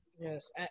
Yes